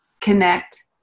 connect